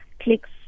clicks